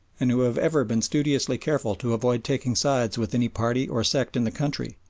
and who have ever been studiously careful to avoid taking sides with any party or sect in the country,